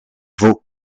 vaux